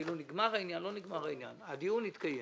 כאילו נגמר העניין, לא נגמר העניין, הדיון יתקיים.